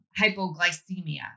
hypoglycemia